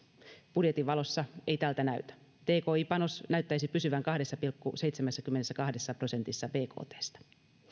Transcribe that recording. budjetin valossa ei tältä näytä tki panos näyttäisi pysyvän kahdessa pilkku seitsemässäkymmenessäkahdessa prosentissa bktstä